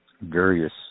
various